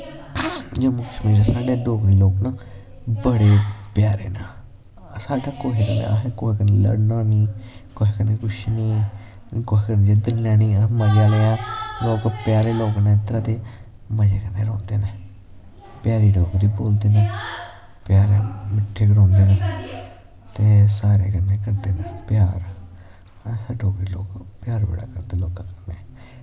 जियां मतलव साढ़े डोगरे लोक न बड़े प्यारे न असैं कुसै कन्नै लड़ना नी कुसै कन्नै कुछ नी कुसै कन्नै जिद्द नी लैनी असैं मज़ै कन्नै लोक प्यारे लोक नै इध्दरा दे मज़े कन्नै रौंह्दे नै प्यारी डोगरी बोलदे नै प्यारा इध्दर रौंह्दे नै ते सारैं कन्नै करदे नै प्यार अस डोगरे लोग प्यार बड़ा करदे लोकैं कन्नै